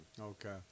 Okay